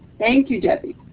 thank you, debbie.